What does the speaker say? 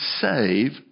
save